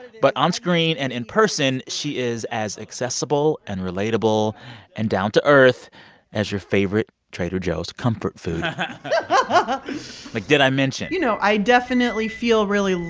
but on screen and in-person, she is as accessible and relatable and down to earth as your favorite trader joe's comfort food but like did i mention. you know, i definitely definitely feel really.